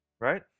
right